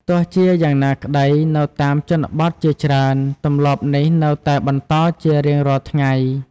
ទោះជាយ៉៉ាងណាក្ដី នៅតាមជនបទជាច្រើន ទម្លាប់នេះនៅតែបន្តជារៀងរាល់ថ្ងៃ។